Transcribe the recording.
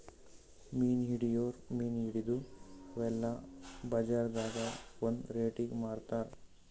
ಮೀನ್ ಹಿಡಿಯೋರ್ ಮೀನ್ ಹಿಡದು ಅವೆಲ್ಲ ಬಜಾರ್ದಾಗ್ ಒಂದ್ ರೇಟಿಗಿ ಮಾರ್ತಾರ್